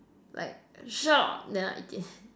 like then I eat it